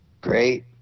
Great